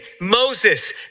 Moses